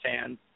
fans